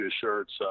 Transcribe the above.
shirts